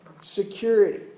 Security